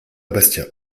bastia